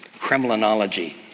Kremlinology